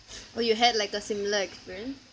oh you had like a similar experience